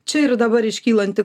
čia ir dabar iškylantį